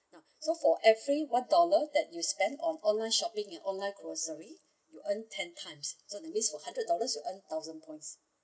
ya so for every one dollar that you spend on online shopping in online grocery you earn ten times so that mean for hundred dollars you earn thousand points